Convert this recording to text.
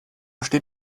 steht